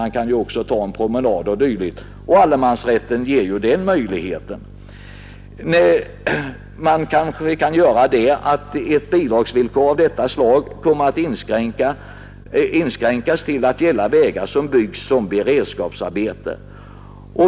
Man kan ju t.ex. ta promenader o.d. som allemansrätten ger möjlighet till. Den invändning som här måste göras är att ett bidragsvillkor av detta slag kommer att inskränkas till att gälla vägar som byggs som beredskapsarbeten.